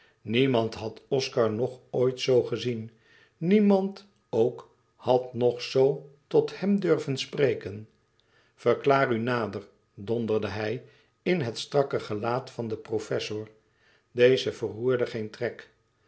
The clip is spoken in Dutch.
niemand had oscar nog ooit zoo gezien niemand ook had nog zoo tot hem durven spreken verklaar u dan nader donderde hij in het strakke gelaat van den professor deze verroerde geen trek